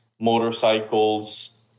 motorcycles